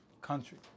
country